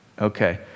okay